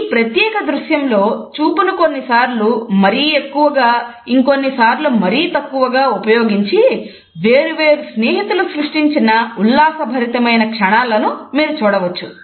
ఈ ప్రత్యేక దృశ్యం లో చూపును కొన్నిసార్లు మరీ ఎక్కువగా ఇంకొన్నిసార్లు మరీ తక్కువగా ఉపయోగించి వేరు వేరు స్నేహితులు సృష్టించిన ఉల్లాసభరితమైన క్షణాలను మీరు చూడవచ్చు